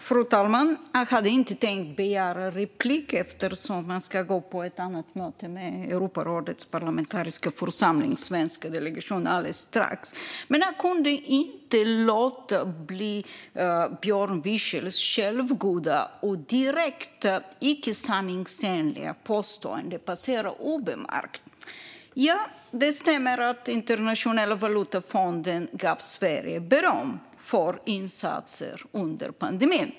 Fru talman! Jag hade inte tänkt begära replik eftersom jag ska gå på ett möte med Europarådets parlamentariska församlings svenska delegation alldeles strax, men jag kunde inte låta Björn Wiechels självgoda och direkt osanningsenliga påståenden passera obemärkta. Ja, det stämmer att Internationella valutafonden gav Sverige beröm för insatser under pandemin.